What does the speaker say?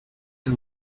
the